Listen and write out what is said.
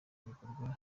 gikorwa